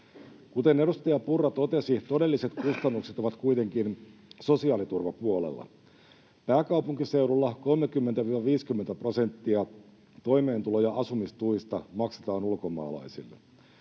Kuten edustaja Purra totesi, todelliset kustannukset ovat kuitenkin sosiaaliturvapuolella. Pääkaupunkiseudulla 30—50 prosenttia toimeentulo- ja asumistuista maksetaan ulkomaalaisille.